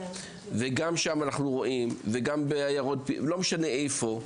גם שם אנחנו רואים ובעיירות פיתוח ולא משנה איפה,